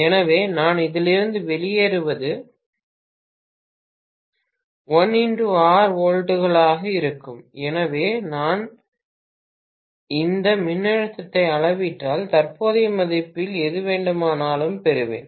எனவே நான் இதிலிருந்து வெளியேறுவது 1X R வோல்ட்டுகளாக இருக்கும் எனவே நான் இந்த மின்னழுத்தத்தை அளவிட்டால் தற்போதைய மதிப்பில் எது வேண்டுமானாலும் பெறுவேன்